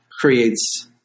creates